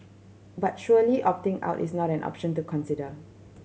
but surely opting out is not an option to consider